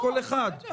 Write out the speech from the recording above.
לא אחרי כל אחד.